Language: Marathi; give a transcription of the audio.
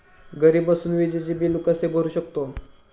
घरी बसून विजेचे बिल कसे भरू शकतो?